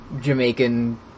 Jamaican